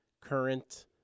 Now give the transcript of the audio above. current